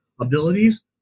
abilities